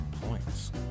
points